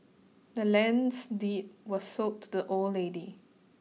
the land's deed was sold to the old lady